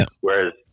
Whereas